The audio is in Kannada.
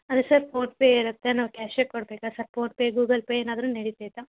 ಅದು ಸರ್ ಪೋನ್ ಪೇ ಇರುತ್ತೆ ನಾವು ಕ್ಯಾಶೇ ಕೊಡಬೇಕಾ sir PhonePe Google Pay ಏನಾದ್ರು ನಡಿತೈತ